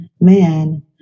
man